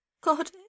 God